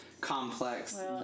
complex